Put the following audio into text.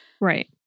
Right